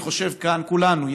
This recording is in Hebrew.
אני חושב שכולנו,